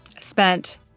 spent